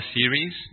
series